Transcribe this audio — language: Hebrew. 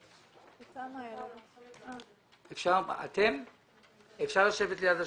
להלבנת הון, אפשר לשב ליד השולחן?